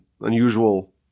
unusual